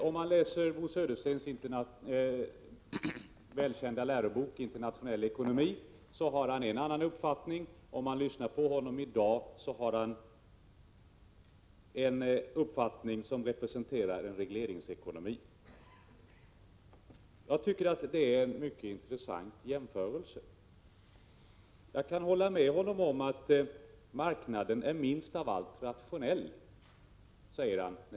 Om man läser Bo Söderstens välkända lärobok i internationell ekonomi, finner man att han där har en annan uppfattning än den han för fram här i dag, när han talar för en regleringsekonomi. Jag tycker att det är mycket intressant att göra den jämförelsen. Jag kan hålla med Bo Södersten när han säger att marknaden är minst av allt rationell.